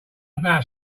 about